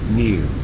new